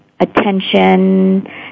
attention